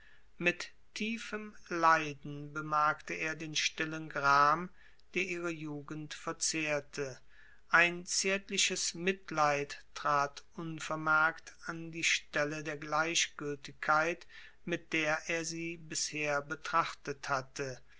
mit tiefem leiden bemerkte er den stillen gram der ihre jugend verzehrte ein zärtliches mitleid trat unvermerkt an die stelle der gleichgültigkeit mit der er sie bisher betrachtet hatte